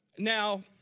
Now